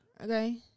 Okay